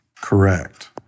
correct